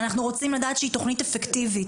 אנחנו רוצים לדעת שהיא תוכנית אפקטיבית.